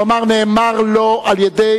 הוא אמר: נאמר לו על-ידי,